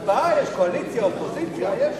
הצבעה, יש קואליציה, אופוזיציה.